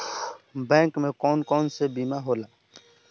Bank में कौन कौन से बीमा होला?